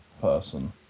person